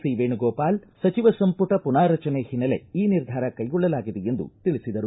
ಸಿವೇಣುಗೋಪಾಲ್ ಸಚಿವ ಸಂಮಟ ಮನಾರಚನೆ ಹಿನ್ನೆಲೆ ಈ ನಿರ್ಧಾರ ಕೈಗೊಳ್ಳಲಾಗಿದೆ ಎಂದು ತಿಳಿಸಿದರು